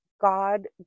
God